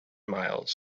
miles